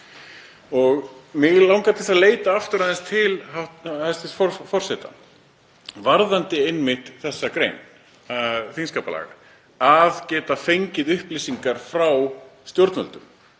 Mig langar til að leita aftur til hæstv. forseta varðandi einmitt þessa grein þingskapalaga, að geta fengið upplýsingar frá stjórnvöldum.